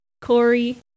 Corey